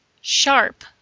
sharp